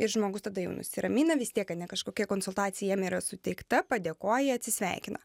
ir žmogus tada jau nusiramina vis tiek ane kažkokia konsultacija jam yra suteikta padėkoja atsisveikina